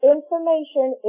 Information